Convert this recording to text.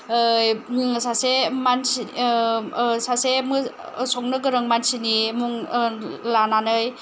सा से मानसि सासे मोजां संनो गोरों मानसिनि मुं लानानै